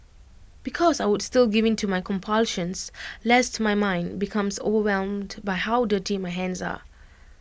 because I would still give in to my compulsions lest my mind becomes overwhelmed by how dirty my hands are